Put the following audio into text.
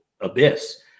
abyss